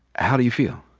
how do you feel?